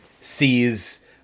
sees